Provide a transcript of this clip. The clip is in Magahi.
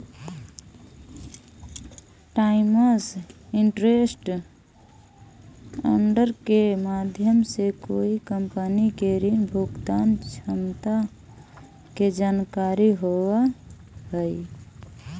टाइम्स इंटरेस्ट अर्न्ड के माध्यम से कोई कंपनी के ऋण भुगतान क्षमता के जानकारी होवऽ हई